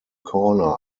corner